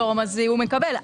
אז הוא מקבל.